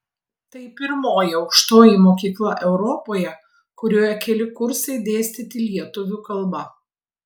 tai pirmoji aukštoji mokykla europoje kurioje keli kursai dėstyti lietuvių kalba